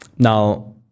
Now